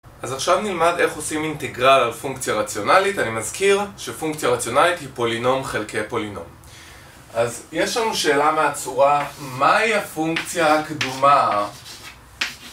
אז עכשיו נלמד איך עושים אינטגרל על פונקציה רציונלית אני מזכיר שפונקציה רציונלית היא פולינום חלקי פולינום אז יש לנו שאלה מהצורה מהי הפונקציה הקדומה?